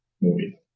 movie